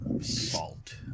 salt